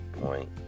point